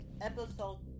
episode